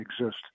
exist